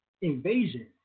invasion